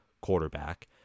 quarterback